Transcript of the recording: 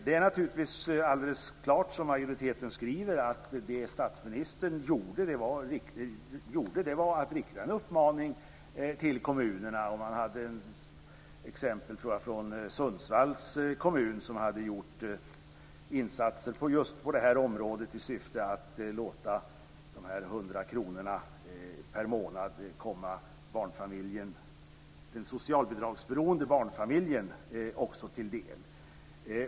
Det är naturligtvis alldeles klart, som majoriteten skriver, att statsministern riktade en uppmaning till kommunerna där han tog ett exempel från Sundsvalls kommun, som hade gjort insatser på just det här området i syfte att låta de 100 kronorna per månad komma också den socialbidragsberoende barnfamiljen till del.